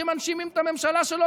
שמנשימים את הממשלה שלו,